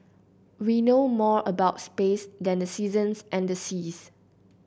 we know more about space than the seasons and the seas